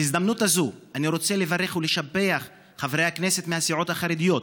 בהזדמנות הזאת אני רוצה לברך ולשבח את חברי הכנסת מהסיעות החרדיות,